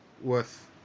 worth